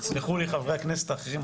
תסלחו לי חברי הכנסת האחרים,